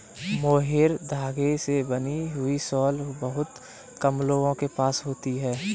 mohair धागे से बनी हुई शॉल बहुत कम लोगों के पास होती है